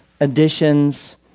additions